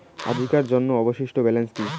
আজিকার জন্য অবশিষ্ট ব্যালেন্স কি?